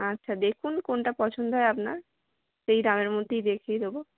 আচ্ছা দেখুন কোনটা পছন্দ হয় আপনার সেই দামের মধ্যেই দেখিয়ে দেবো